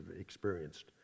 experienced